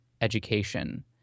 education